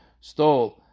stole